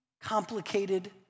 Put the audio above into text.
complicated